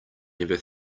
never